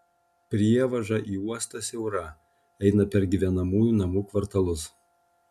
prievaža į uostą siaura eina per gyvenamųjų namų kvartalus